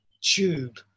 tube